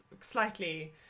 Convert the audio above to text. slightly